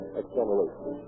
acceleration